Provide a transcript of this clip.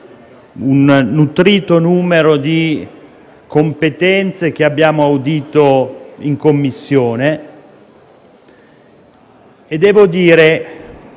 un nutrito numero di competenze di soggetti che abbiamo audito in Commissione.